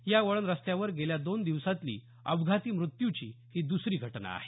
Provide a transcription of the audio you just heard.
या वळण रस्त्यावर गेल्या दोन दिवसांतली अपघाती मृत्यूची ही दुसरी घटना आहे